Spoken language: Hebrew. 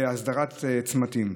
והסדרת צמתים.